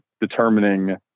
determining